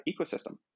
ecosystem